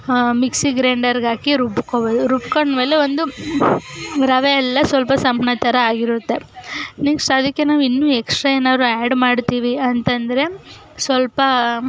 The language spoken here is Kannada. ಮಿಕ್ಸಿ ಗ್ರೈಂಡರ್ಗಾಕಿ ರುಬ್ಕೊಳ್ಬೋದು ರುಬ್ಕೊಂಡ್ಮೇಲೆ ಒಂದು ರವೆ ಎಲ್ಲ ಸ್ವಲ್ಪ ಸಂಪ್ಳ ಥರ ಆಗಿರುತ್ತೆ ಮೀನ್ಸ್ ಅದಕ್ಕೆ ನಾವು ಇನ್ನೂ ಎಕ್ಸ್ಟ್ರಾ ಏನಾದ್ರೂ ಆ್ಯಡ್ ಮಾಡ್ತೀವಿ ಅಂತ ಅಂದ್ರೆ ಸ್ವಲ್ಪ